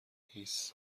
هیس